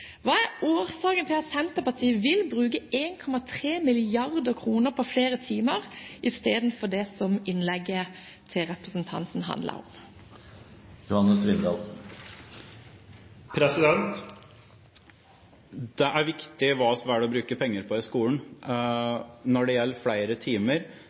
Hva er årsaken til at Senterpartiet vil bruke 1,3 mrd. kr på flere timer istedenfor på det som innlegget til representanten handlet om? Det er viktig hva vi velger å bruke penger på i skolen. Senterpartiet er ikke katolske når det gjelder ikke å bevilge penger til flere timer.